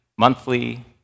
monthly